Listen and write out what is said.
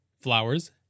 flowers